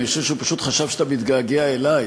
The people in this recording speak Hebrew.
אני חושב שהוא פשוט חשב שאתה מתגעגע אלי,